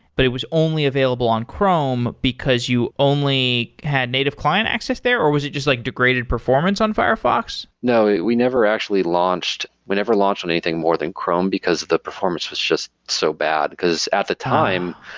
but it was only available on chrome because you only had native client access there, or was it just like degraded performance on firefox? no. we never actually launched. we never launched on anything more than chrome, because the performance was just so bad. because at the time,